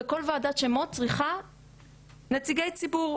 וכל ועדת שמות צריכה נציגי ציבור,